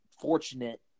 fortunate